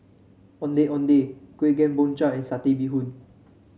Ondeh Ondeh Kueh Kemboja and Satay Bee Hoon